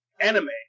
anime